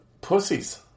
pussies